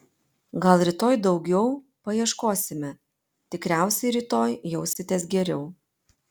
gal rytoj daugiau paieškosime tikriausiai rytoj jausitės geriau